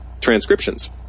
transcriptions